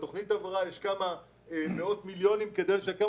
בתכנית הבראה יש כמה מאות מיליונים כדי לשקם